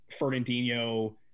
Fernandinho